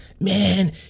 man